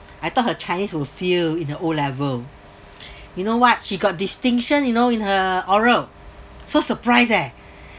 I thought her chinese will failed in the O level you know what she got distinction you know in her oral so surprised eh